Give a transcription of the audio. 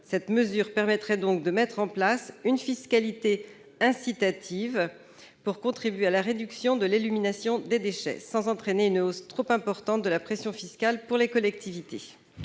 Cela permettrait donc de mettre en place une fiscalité incitative pour contribuer à la réduction de l'élimination des déchets sans entraîner une hausse trop importante de la pression fiscale pour les collectivités.